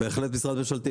בהחלט משרד ממשלתי.